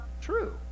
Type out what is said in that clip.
true